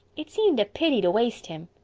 it seemed a pity to waste him.